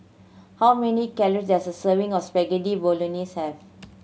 how many calory does a serving of Spaghetti Bolognese have